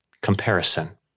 comparison